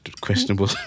questionable